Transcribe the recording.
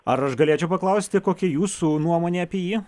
ar aš galėčiau paklausti kokia jūsų nuomonė apie jį